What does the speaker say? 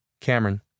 Cameron